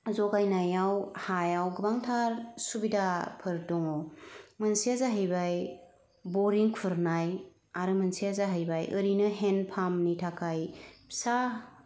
जगायनायव हायाव गोबांथार सुबिदाफोर दङ मोनसेया जाहैबाय बरि खुरनाय आरो मोनसेया जाहैबाय ओरैनो हेन्द पाम्पनि थाखाय फिसा